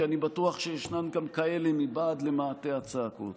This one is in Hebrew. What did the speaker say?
כי אני בטוח שישנן גם כאלה מבעד למעטה הצעקות.